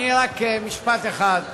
אני רק משפט אחד.